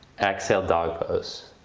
exhale dog pose.